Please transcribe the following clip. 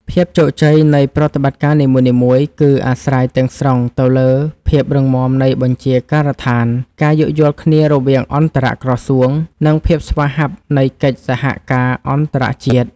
ភាពជោគជ័យនៃប្រតិបត្តិការនីមួយៗគឺអាស្រ័យទាំងស្រុងទៅលើភាពរឹងមាំនៃបញ្ជាការដ្ឋាន ការយោគយល់គ្នារវាងអន្តរក្រសួង និងភាពស្វាហាប់នៃកិច្ចសហការអន្តរជាតិ។